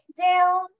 down